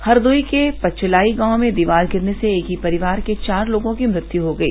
हरदोई के पचलाई गांव में दीवार गिरने से एक ही परिवार के चार लोगों की मृत्यु हो गई